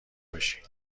باشی